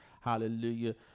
hallelujah